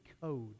code